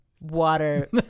water